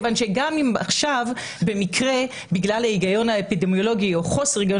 גם אם עכשיו במקרה בגלל ההיגיון האפידמיולוגי או חוסר היגיון